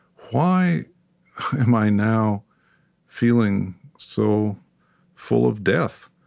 why am i now feeling so full of death?